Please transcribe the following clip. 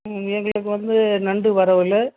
எங்களுக்கு வந்து நண்டு வருவல்